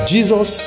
Jesus